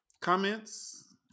comments